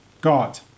God